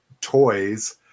toys